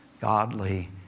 godly